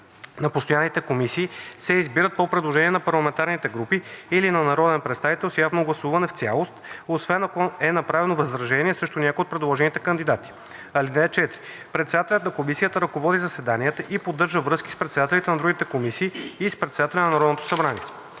на постоянните комисии се избират по предложение на парламентарните групи или на народен представител с явно гласуване в цялост, освен ако е направено възражение срещу някой от предложените кандидати. (4) Председателят на комисията ръководи заседанията и поддържа връзки с председателите на другите комисии и с председателя на Народното събрание.